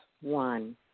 One